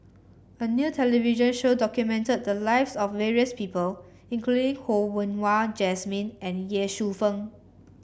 a new television show documented the lives of various people including Ho Yen Wah Jesmine and Ye Shufang